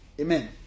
Amen